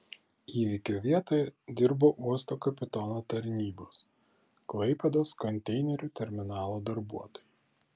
įvykio vietoje dirbo uosto kapitono tarnybos klaipėdos konteinerių terminalo darbuotojai